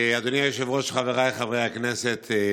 אדוני היושב-ראש, חבריי חברי הכנסת,